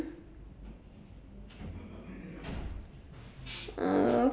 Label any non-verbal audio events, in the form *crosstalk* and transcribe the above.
*noise*